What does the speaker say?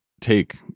take